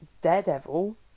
Daredevil